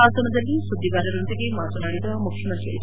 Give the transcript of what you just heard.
ಪಾಸನದಲ್ಲಿ ಸುದ್ದಿಗಾರರೊಂದಿಗೆ ಮಾತನಾಡಿದ ಮುಖ್ಯಮಂತ್ರಿ ಎಚ್